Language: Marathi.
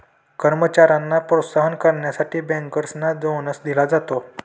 कर्मचाऱ्यांना प्रोत्साहित करण्यासाठी बँकर्सना बोनस दिला जातो